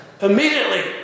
immediately